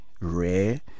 rare